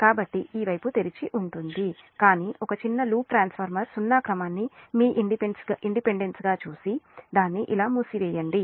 కాబట్టి ఈ వైపు తెరిచి ఉంటుంది కానీ ఒక చిన్న లూప్ ట్రాన్స్ఫార్మర్ సున్నా క్రమాన్ని మీ ఇంపెడెన్స్గా చేసి దాన్ని ఇలా మూసివేయండి